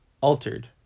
altered